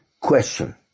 question